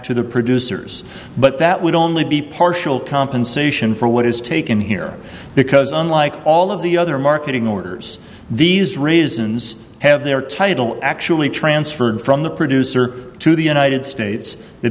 to the producers but that would only be partial compensation for what is taken here because unlike all of the other marketing orders these reasons have their title actually transferred from the producer to the united states they